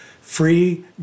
free